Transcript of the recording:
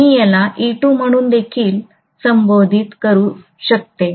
मी याला E2 म्हणून देखील संबोधित करू शकते